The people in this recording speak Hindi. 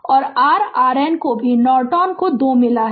और r RN को भी नॉर्टन को 2 मिला है